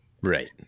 Right